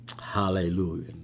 Hallelujah